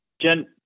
Jen